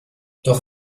doch